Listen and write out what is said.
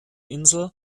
insel